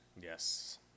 Yes